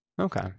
Okay